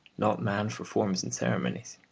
not man for forms and ceremonies.